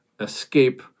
escape